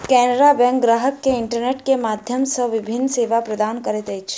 Canara bank ग्राहक के internet के माध्यम सॅ विभिन्न सेवा प्रदान करैत अछि